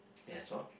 that's all